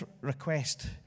request